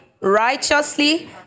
righteously